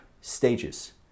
stages